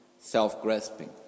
self-grasping